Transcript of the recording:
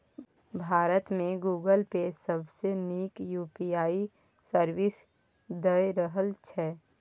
भारत मे Google Pay सबसँ नीक यु.पी.आइ सर्विस दए रहल छै